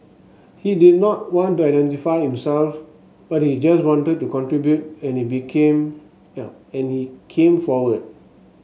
he did not want to identify himself but he just wanted to contribute and he became and he came forward